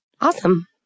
Awesome